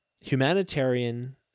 humanitarian